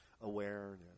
awareness